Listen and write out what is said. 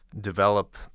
develop